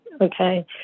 okay